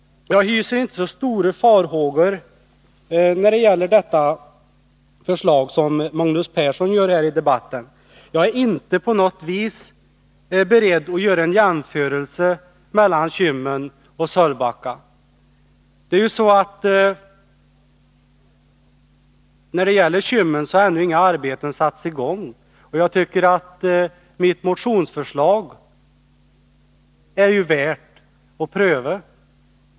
Jag hyser inte så stora farhågor när det gäller detta förslag som Magnus Persson gör här i debatten. Jag är inte på något sätt beredd att göra en jämförelse mellan Kymmen och Sölvbacka. Beträffande Kymmen har ännu inga arbeten satts i gång. Mitt motionsförslag är värt att prövas.